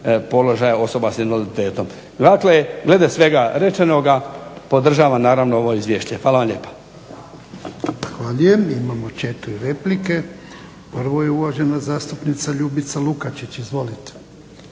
položaja osoba s invaliditetom. Dakle, glede svega rečenoga podržavam naravno ovo izvješće. Hvala vam lijepa. **Jarnjak, Ivan (HDZ)** Zahvaljujem. Imamo četiri replike. Prvo je uvažena zastupnica Ljubica Lukačić. Izvolite.